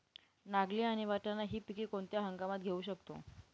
नागली आणि वाटाणा हि पिके कोणत्या हंगामात घेऊ शकतो?